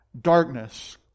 darkness